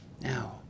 now